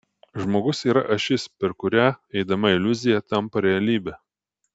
žmogus yra ašis per kurią eidama iliuzija tampa realybe